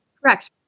Correct